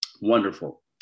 Wonderful